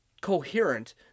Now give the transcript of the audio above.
coherent